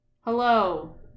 hello